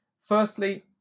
Firstly